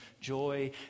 joy